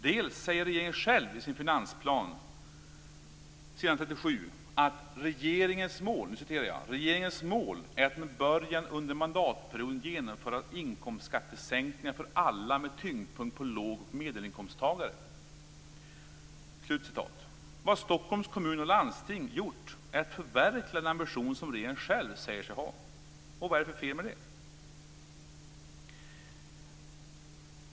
Dels säger regeringen själv i sin finansplan att regeringens mål är att med början under mandatperioden genomföra inkomstskattesänkningar för alla med tyngdpunkt på låg och medelinkomsttagare. Vad Stockholms kommun och landsting gjort är att förverkliga den ambition som regeringen själv säger sig ha. Vad är det för fel med det?